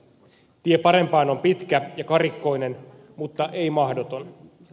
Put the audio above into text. tie parempaan on pitkä ja karikkoinen mutta ei mahdoton